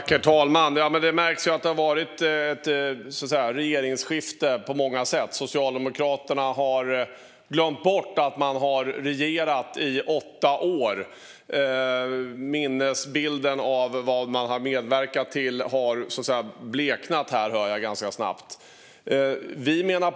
Herr talman! Det märks på många sätt att det har varit ett regeringsskifte. Socialdemokraterna har glömt bort att de har regerat i åtta år. Minnesbilden av vad man har medverkat till har bleknat ganska snabbt, hör jag.